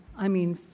i mean,